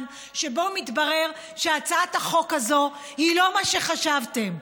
שבה מתברר שהצעת החוק הזאת היא לא מה שחשבתם.